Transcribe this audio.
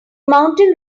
mountain